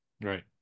Right